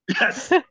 Yes